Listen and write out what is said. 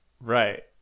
Right